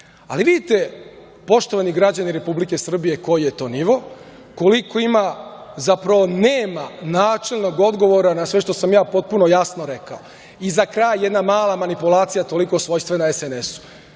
ni tada. Poštovani građani Republike Srbije, vidite koji je to nivo, koliko ima, zapravo nema načelnog odgovora na sve što sam ja potpuno jasno rekao.I za kraj jedna mala manipulacija, toliko svojstvena SNS-u.